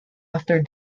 after